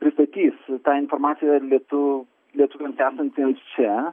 pristatys tą informaciją lietu lietuviams esantiems čia